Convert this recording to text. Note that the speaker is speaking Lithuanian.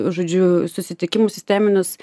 žodžiu susitikimus sisteminius